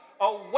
away